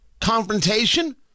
Confrontation